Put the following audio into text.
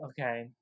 Okay